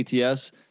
ATS